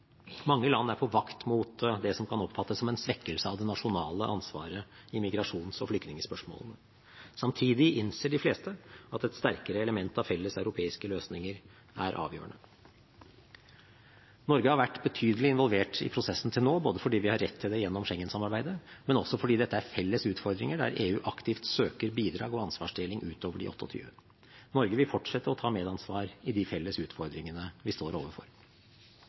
Mange land er på vakt mot det som kan oppfattes som en svekkelse av det nasjonale ansvaret i migrasjons- og flyktningspørsmålene. Samtidig innser de fleste at et sterkere element av felles europeiske løsninger er avgjørende. Norge har vært betydelig involvert i prosessen til nå, både fordi vi har rett til det gjennom Schengen-samarbeidet, og fordi dette er felles utfordringer, der EU aktivt søker bidrag og ansvarsdeling utover de 28. Norge vil fortsette å ta medansvar i de felles utfordringene vi står overfor.